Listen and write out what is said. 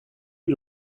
est